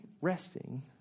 resting